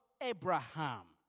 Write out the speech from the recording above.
Abraham